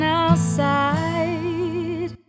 outside